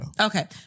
Okay